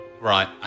Right